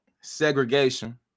segregation